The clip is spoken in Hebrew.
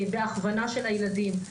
ויסייע בהכוונה של הילדים.